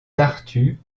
tartu